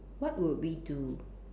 what would we do